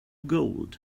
gold